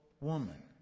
woman